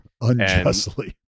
Unjustly